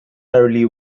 early